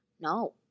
No